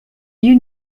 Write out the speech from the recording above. you